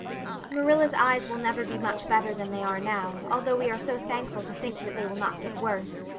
marilla's eyes will never be much better than they are now, although we are so thankful to think that they will not get worse.